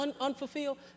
Unfulfilled